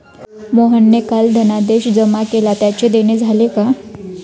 मोहनने काल धनादेश जमा केला त्याचे देणे झाले का?